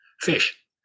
fish